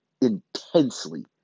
intensely